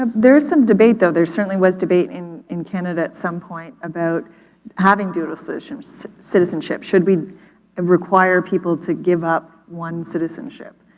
ah there is some debate, though, there certainly was debate in in canada at some point about having dual um so citizenship. should we and require people to give up one citizenship?